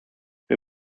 wir